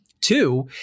Two